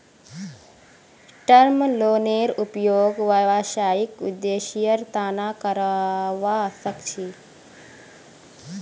term लोनेर उपयोग व्यावसायिक उद्देश्येर तना करावा सख छी